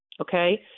Okay